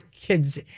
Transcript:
kids